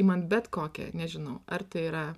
man bet kokią nežinau ar tai yra